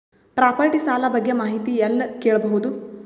Property ಸಾಲ ಬಗ್ಗೆ ಮಾಹಿತಿ ಎಲ್ಲ ಕೇಳಬಹುದು?